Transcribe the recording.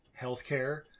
Healthcare